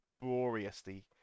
laboriously